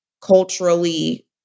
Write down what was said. culturally